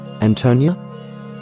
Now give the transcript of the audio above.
Antonia